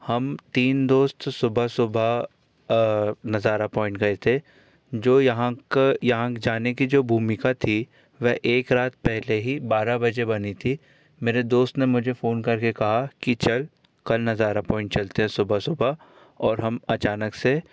हम तीन दोस्त सुबह सुबह नज़ारा पॉइंट गए थे जो यहाँ क यहाँ जाने की जो भूमिका थी वह एक रात पहले ही बारह बजे बनी थी मेरे दोस्त ने मुझे फोन करके कहा कि चल कल नज़ारा पॉइंट चलते हैं सुबह सुबह और हम अचानक से